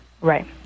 Right